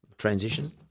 Transition